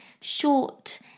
short